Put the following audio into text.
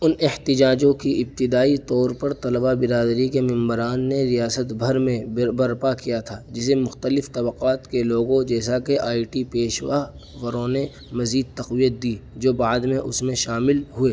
ان احتجاجوں کی ابتدائی طور پر طلباء برادری کے ممبران نے ریاست بھر میں برپا کیا تھا جسے مختلف طبقات کے لوگوں جیسا کہ آئی ٹی پیشواوروں نے مزید تقویت دی جو بعد میں اس میں شامل ہوئے